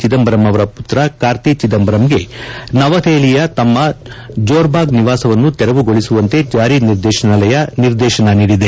ಚಿದಂಬರಂ ಅವರ ಪುತ್ರ ಕಾರ್ತಿ ಚಿದಂಬರಂಗೆ ನವದೆಹಲಿಯ ತಮ್ಮ ಜೋರ್ ಭಾಗ್ ನಿವಾಸವನ್ನು ತೆರವುಗೊಳಿಸುವಂತೆ ಜಾರಿ ನಿರ್ದೇಶನಾಲಯ ನಿರ್ದೇಶನ ನೀದಿದೆ